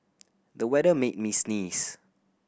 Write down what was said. the weather made me sneeze